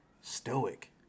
Stoic